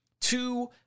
two